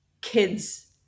kids